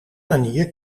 manier